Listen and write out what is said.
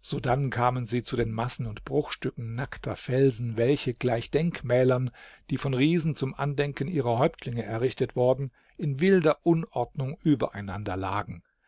sodann kamen sie zu den massen und bruchstücken nackter felsen welche gleich denkmälern die von riesen zum andenken ihrer häuptlinge errichtet worden in wilder unordnung übereinander lagen